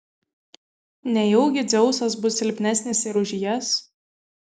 nejaugi dzeusas bus silpnesnis ir už jas